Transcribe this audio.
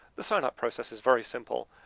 the sign-up process is very simple.